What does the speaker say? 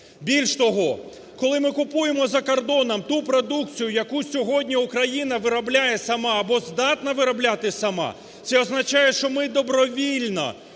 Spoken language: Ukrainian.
Більш того, коли ми купуємо за кордоном ту продукцію, яку сьогодні Україна виробляє сама або здатна виробляти сама це означає, що ми добровільно